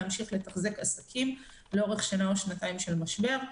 להמשיך לתחזק עסקים לאורך שנה או שנתיים של משבר.